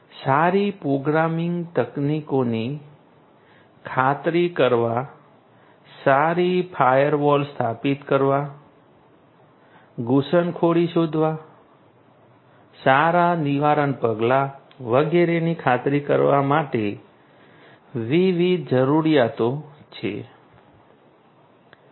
સારી પ્રોગ્રામિંગ તકનીકોની ખાતરી કરવા સારી ફાયરવોલ સ્થાપિત કરવા ઘૂસણખોરી શોધવા સારા નિવારક પગલાં વગેરેની ખાતરી કરવા માટે વિવિધ જરૂરિયાતો છે